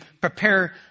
prepare